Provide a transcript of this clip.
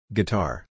Guitar